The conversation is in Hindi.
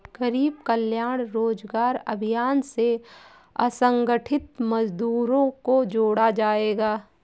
गरीब कल्याण रोजगार अभियान से असंगठित मजदूरों को जोड़ा जायेगा